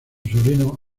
sobrino